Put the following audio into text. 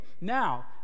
Now